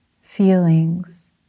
feelings